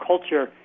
culture